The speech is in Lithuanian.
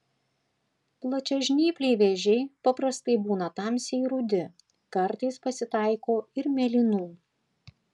plačiažnypliai vėžiai paprastai būna tamsiai rudi kartais pasitaiko ir mėlynų